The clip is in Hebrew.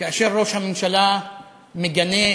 כאשר ראש הממשלה מגנה,